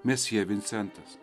mesjė vincentas